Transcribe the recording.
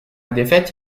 défaite